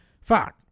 Fuck